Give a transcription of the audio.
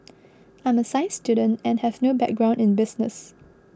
I'm a science student and have no background in business